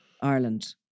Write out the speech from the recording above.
Ireland